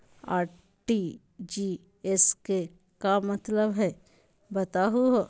RTGS के का मतलब हई, बताहु हो?